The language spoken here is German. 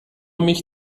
mich